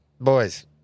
boys